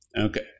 okay